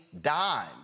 dime